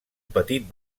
petit